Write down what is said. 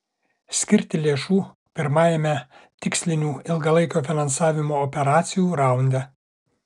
skirti lėšų pirmajame tikslinių ilgalaikio finansavimo operacijų raunde